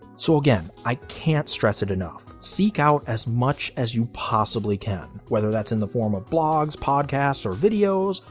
so again i can't stress it enough seek out as much as you possibly can whether that's in the form of blogs, podcasts, and videos,